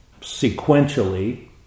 sequentially